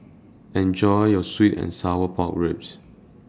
Enjoy your Sweet and Sour Pork Ribs